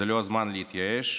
זה לא הזמן להתייאש,